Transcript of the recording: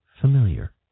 familiar